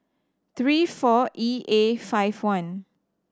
three four E A five one